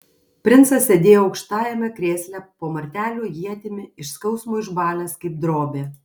princas sėdėjo aukštajame krėsle po martelių ietimi iš skausmo išbalęs kaip drobė